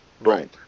right